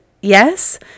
yes